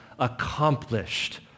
accomplished